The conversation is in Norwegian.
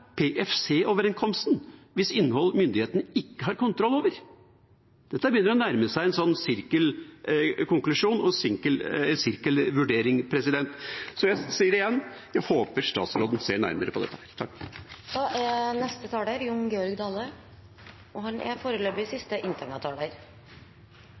hvis innhold myndighetene ikke har kontroll over. Dette begynner å nærme seg en sirkelkonklusjon og en sirkelvurdering. Jeg sier igjen: Jeg håper statsråden ser nærmere på dette. Eg var eigentleg på veg ut av salen, men når SV nyttar denne anledninga, og